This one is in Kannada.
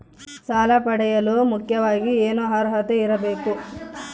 ಸಾಲ ಪಡೆಯಲು ಮುಖ್ಯವಾಗಿ ಏನು ಅರ್ಹತೆ ಇರಬೇಕು?